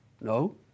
No